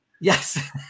Yes